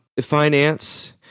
Finance